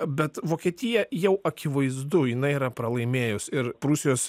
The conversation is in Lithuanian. bet vokietija jau akivaizdu jinai yra pralaimėjus ir prūsijos